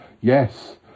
Yes